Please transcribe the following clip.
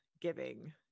giving